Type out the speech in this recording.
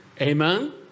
amen